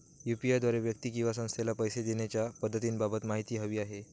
UPI द्वारे व्यक्ती किंवा संस्थेला पैसे देण्याच्या पद्धतींबाबत माहिती हवी आहे